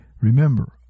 remember